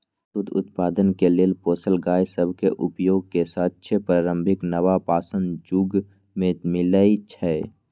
दूध उत्पादन के लेल पोसल गाय सभ के उपयोग के साक्ष्य प्रारंभिक नवपाषाण जुग में मिलइ छै